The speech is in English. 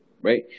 right